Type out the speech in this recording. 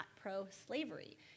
pro-slavery